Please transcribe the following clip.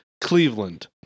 Cleveland